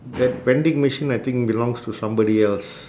that vending machine I think belongs to somebody else